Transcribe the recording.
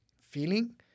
feeling